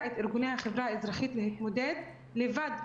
את ארגוני החברה האזרחית להתמודד לבד,